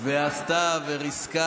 שר החינוך